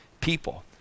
people